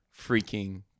freaking